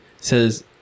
says